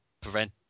prevent